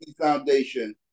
Foundation